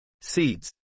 Seeds